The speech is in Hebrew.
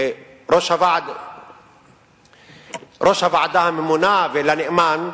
לראש הוועדה הממונה ולנאמן,